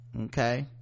okay